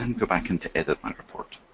and go back in to edit my report.